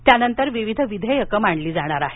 त्यानंतर विधेयकं मांडली जाणार आहेत